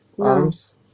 arms